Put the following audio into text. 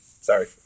Sorry